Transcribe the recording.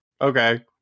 Okay